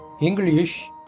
English